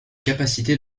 capacité